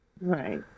Right